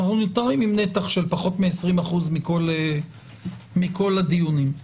אנחנו נותרים עם נתח של פחות מ-20% מכל הדיונים.